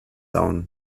own